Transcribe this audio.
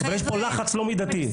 יש כאן לחץ לא מידתי.